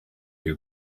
you